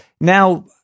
Now